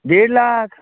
देड लाख